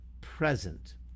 present